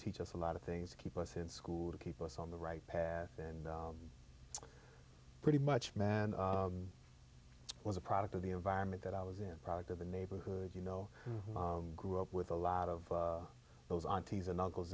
teach us a lot of things to keep us in school to keep us on the right path and pretty much matt was a product of the environment that i was in product of the neighborhood you know grew up with a lot of those aunties and uncles